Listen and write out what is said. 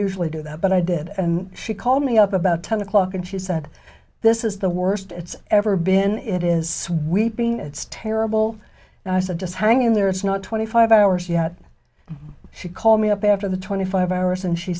usually do that but i did and she called me up about ten o'clock and she said this is the worst it's ever been sweeping it's terrible and i said just hang in there it's not twenty five hours yet she called me up after the twenty five hours and she